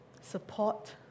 Support